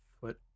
foot